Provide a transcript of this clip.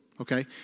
Okay